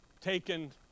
Taken